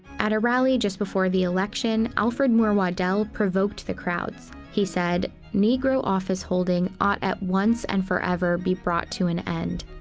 at a rally just before the election, alfred moore waddell provoked the crowds. he said negro office-holding ought at once, and forever be brought to an end.